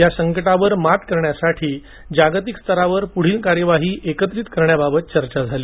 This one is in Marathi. यासंकटावर मात करण्यासाठी जागतिक स्तरावर पुढील कार्यवाही एकत्रित करण्याबाबत चर्चा करण्यात आली